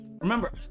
Remember